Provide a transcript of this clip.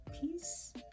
peace